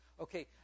Okay